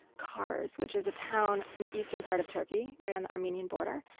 kars, which is a town in the eastern part of turkey, right on the armenian border.